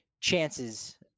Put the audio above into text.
chances